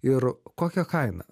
ir kokia kaina